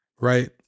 right